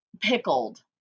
pickled